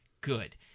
Good